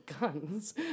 guns